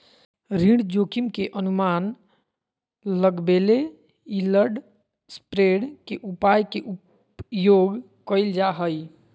ऋण जोखिम के अनुमान लगबेले यिलड स्प्रेड के उपाय के उपयोग कइल जा हइ